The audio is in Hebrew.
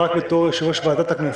רק בתור יושב-ראש ועדת הכנסת,